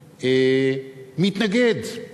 מתנגד,